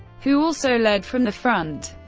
who also led from the front.